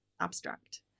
abstract